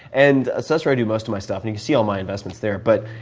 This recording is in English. and ah so that's where i do most of my stuff, and you can see all my investments there. but